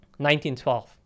1912